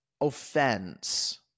offense